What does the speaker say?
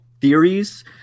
theories